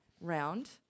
round